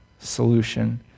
solution